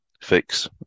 fix